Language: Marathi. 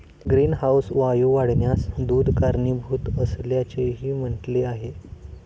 ग्रीनहाऊस वायू वाढण्यास दूध कारणीभूत असल्याचेही म्हटले आहे